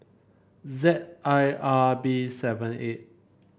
Z I R B seven eight